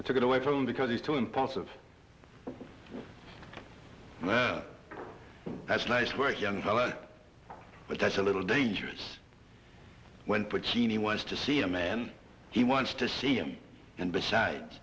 i took it away from him because he's too impulsive that's nice work young fellow but that's a little dangerous when put keeney wants to see a man he wants to see him and besides